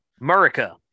Murica